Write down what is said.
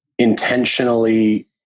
Intentionally